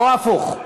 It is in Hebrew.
או הפוך,